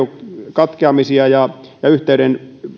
katkeamisia ei ole ja yhteyden